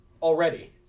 Already